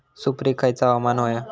सुपरिक खयचा हवामान होया?